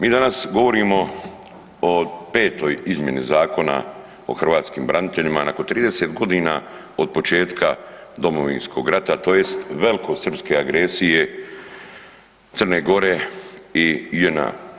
Mi danas govorimo o petoj izmjeni Zakona o hrvatskim braniteljima nakon 30 godina od početka Domovinskog rata tj. velikosrpske agresije Crne Gore i JNA.